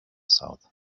south